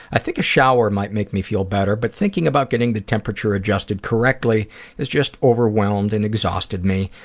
i think a shower might make me feel better, but thinking about getting the temperature adjusted correctly has just overwhelmed and exhausted me.